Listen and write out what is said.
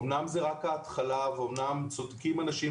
אמנם זה רק ההתחלה ואמנם צודקים אנשים